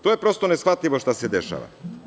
To je prosto neshvatljivo šta se dešava.